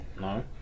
No